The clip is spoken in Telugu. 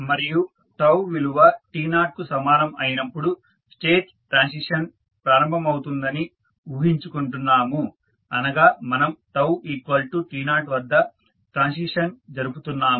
మరియు విలువ t0 కు సమానం అయిప్పుడు స్టేట్ ట్రాన్సిషన్ ప్రారంభమవుతుందని ఊహించుకుంటున్నాము అనగా మనం τ t0 వద్ద ట్రాన్సిషన్ జరుపుతున్నాము